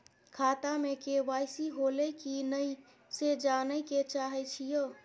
खाता में के.वाई.सी होलै की नय से जानय के चाहेछि यो?